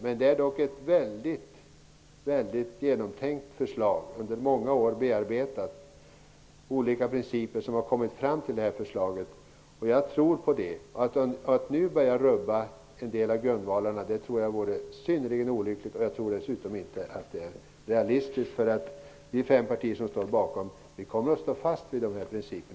Men det är dock ett mycket genomtänkt förslag. Vi har under många år bearbetat olika principer som har lett fram till det här förslaget. Jag tror på det. Att nu börja rubba en del av grundvalarna vore synnerligen olyckligt. Jag tror dessutom inte att det är realistiskt. Vi fem partier som står bakom det här förslaget kommer att stå fast vid dessa principer.